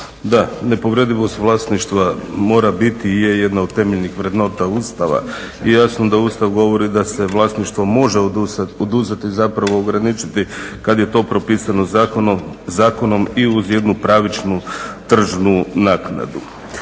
Da, nepovredivost vlasništva mora biti i je jedna od temeljnih vrednota Ustava i jasno da Ustav govori da se vlasništvo može oduzeti, zapravo ograničiti kad je to propisano zakonom i uz jednu pravičnu tržnu naknadu.